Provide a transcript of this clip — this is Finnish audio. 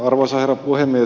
arvoisa herra puhemies